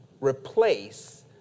replace